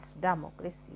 democracy